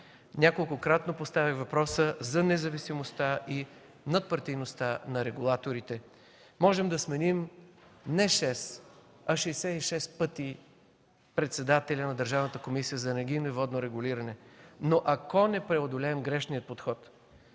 Неколкократно поставях въпроса за независимостта и надпартийността на регулаторите. Можем да сменим не 6, а 66 пъти председателя на Държавната комисия за енергийно и водно регулиране, но ако не преодолеем грешния подход,